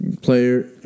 Player